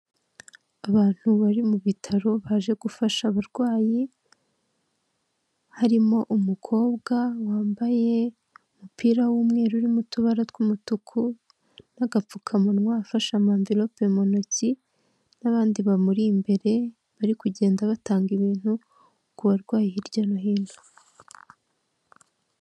Abantu bari mu bitaro baje gufasha abarwayi harimo umukobwa wambaye umupira w'umweru urimo utubara tw'umutuku n'agapfukamunwa afashe avelope mu ntoki n'abandi bamuri imbere bari kugenda batanga ibintu ku barwayi hirya no hino .